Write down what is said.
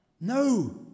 No